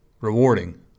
rewarding